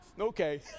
Okay